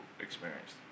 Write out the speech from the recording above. experienced